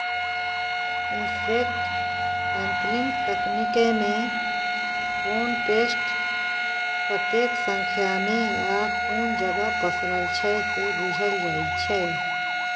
insect sampling तकनीकमे कोन pest कतेक संख्यामे आ कुन जगह पसरल छै से बुझल जाइ छै